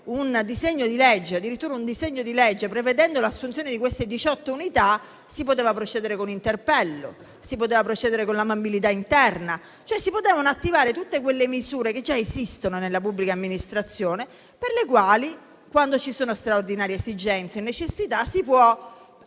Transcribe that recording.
un disegno di legge - prevedendo l'assunzione di diciotto unità, si poteva procedere con interpello; si poteva procedere con la mobilità interna; si potevano, cioè, attivare tutte quelle misure che già esistono nella pubblica amministrazione. In virtù di queste procedure, quando ci sono straordinarie esigenze e necessità, si può